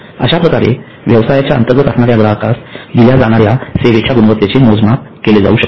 अश्याप्रकारे व्यवसायाच्या अंतर्गत असणाऱ्या ग्राहकास दिल्या जाणाऱ्या सेवेच्या गुणवत्तेचे मोजमाप केले जावू शकते